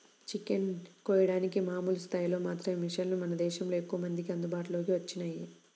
chicken ని కోయడానికి మామూలు స్థాయిలో మాత్రమే మిషన్లు మన దేశంలో ఎక్కువమందికి అందుబాటులోకి వచ్చినియ్యి